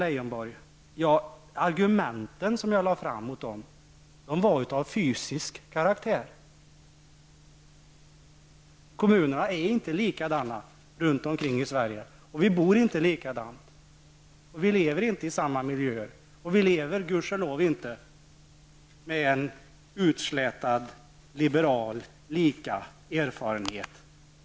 De argument som jag lade fram mot valfriheten, Kommunerna är inte likadana runt omkring i Sverige. Vi bor inte likadant, vi lever inte i samma miljö, och vi lever gudskelov inte alla med en utslätad liberal lika erfarenhet.